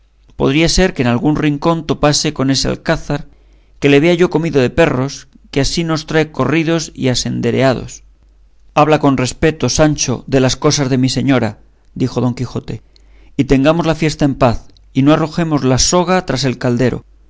podría ser que en algún rincón topase con ese alcázar que le vea yo comido de perros que así nos trae corridos y asendereados habla con respeto sancho de las cosas de mi señora dijo don quijote y tengamos la fiesta en paz y no arrojemos la soga tras el caldero